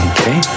Okay